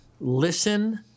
listen